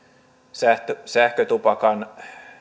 sähkötupakan